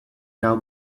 now